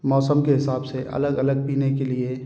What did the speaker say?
मौसम के हिसाब से अलग अलग पीने के लिए